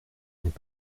n’est